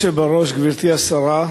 אדוני היושב-ראש, גברתי השרה,